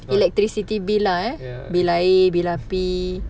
electricity bill lah bill air bill api